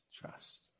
trust